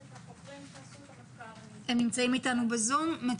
החוקרים שערכו את המחקר נמצאים אתנו ב-זום.